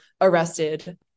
arrested